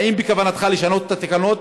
האם בכוונתך לשנות את התקנות,